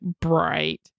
bright